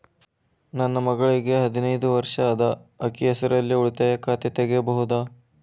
ನನ್ನ ಮಗಳಿಗೆ ಹದಿನೈದು ವರ್ಷ ಅದ ಅಕ್ಕಿ ಹೆಸರಲ್ಲೇ ಉಳಿತಾಯ ಖಾತೆ ತೆಗೆಯಬಹುದಾ?